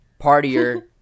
partier